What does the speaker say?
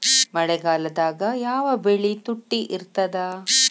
ಮಳೆಗಾಲದಾಗ ಯಾವ ಬೆಳಿ ತುಟ್ಟಿ ಇರ್ತದ?